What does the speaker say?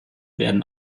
werden